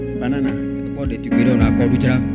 banana